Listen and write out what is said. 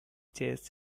chests